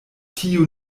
tiu